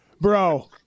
bro